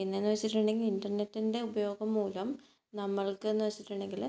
പിന്നെയെന്ന് വെച്ചിട്ടുണ്ടെങ്കിൽ ഇൻ്റർനെറ്റിൻ്റെ ഉപയോഗം മൂലം നമ്മൾക്കെന്ന് വെച്ചിട്ടുണ്ടെങ്കിൽ